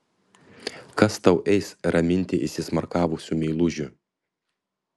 kas tau eis raminti įsismarkavusių meilužių